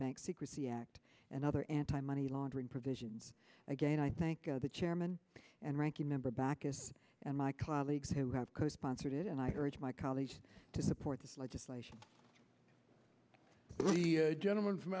bank secrecy act and other anti money laundering provisions again i thank the chairman and ranking member baucus and my colleagues who have co sponsored it and i urge my colleagues to support this legislation gentleman from